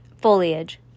foliage